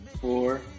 four